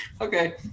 Okay